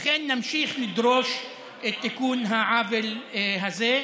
ולכן נמשיך לדרוש את תיקון העוול הזה.